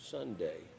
Sunday